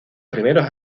primeros